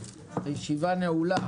הישיבה נעולה.